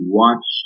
watch